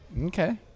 Okay